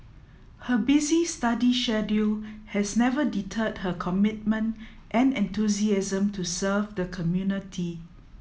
her busy study schedule has never deterred her commitment and enthusiasm to serve the community